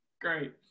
Great